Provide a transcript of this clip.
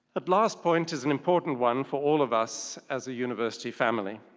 ah last point is an important one for all of us as a university family.